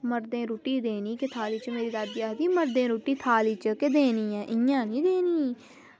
मरदें गी रुट्टी देनी थाली च ते मेरी दादी आखदी कि मर्दें गी रु्ट्टी थाली च गै देनी इंया निं देनी